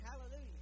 Hallelujah